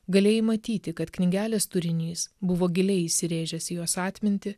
galėjai matyti kad knygelės turinys buvo giliai įsirėžęs į jos atmintį